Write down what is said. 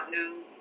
News